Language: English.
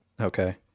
Okay